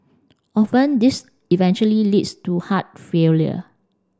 often this eventually leads to heart failure